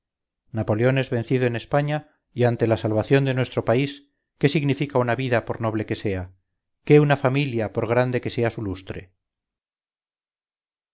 napoleón es vencido en españa y ante la salvación de nuestro país qué significa una vida por noble que sea qué una familia por grande que sea su lustre